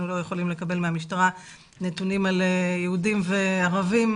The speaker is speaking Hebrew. לא יכולים לקבל מהמשטרה נתונים על יהודים וערבים,